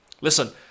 listen